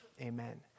Amen